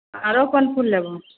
आरो कोन फूल लेबहो